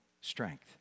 strength